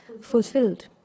fulfilled